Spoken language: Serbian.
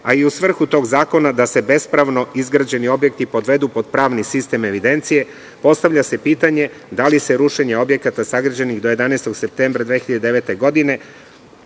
a i u svrhu tog zakona da se bespravno izgrađeni objekti podvedu pod pravni sistem evidencije, postavlja se pitanje da li se rušenje objekata sagrađenih do 11. septembra 2009. godine,